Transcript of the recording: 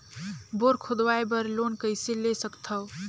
Bore खोदवाय बर loan कइसे ले सकथव?